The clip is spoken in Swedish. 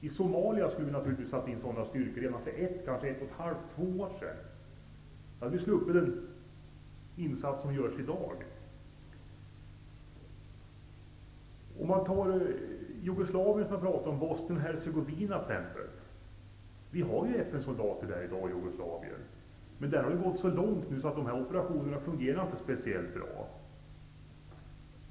I Somalia skulle vi naturligtvis ha satt in sådana styrkor för ett till två år sedan; då hade vi sluppit den insats som görs i dag. I Bosnien Hercegovina har vi ju FN-soldater i dag, men där har det gått så långt att operationerna inte fungerar speciellt bra.